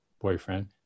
boyfriend